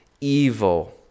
evil